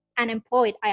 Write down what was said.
unemployed